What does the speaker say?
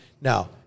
Now